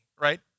right